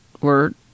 word